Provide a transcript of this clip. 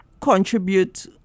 contribute